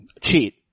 Cheat